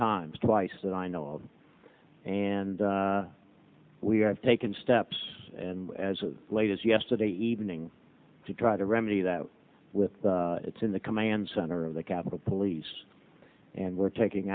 times twice that i know of and we have taken steps and as a late as yesterday evening to try to remedy that with it's in the command center of the capitol police and we're taking